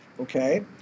Okay